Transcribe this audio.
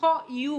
ובתוכו יהיו